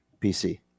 PC